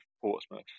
portsmouth